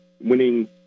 winning